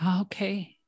okay